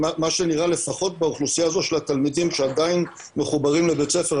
מה שנראה לפחות באוכלוסייה הזאת של התלמידים שעדיין מחוברים לבית הספר,